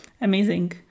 Amazing